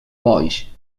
boix